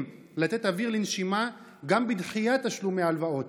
לתת אוויר לנשימה גם בדחיית תשלומי הלוואות.